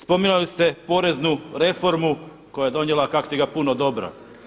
Spominjali ste poreznu reformu koja je donijela kak' ti ga puno dobra.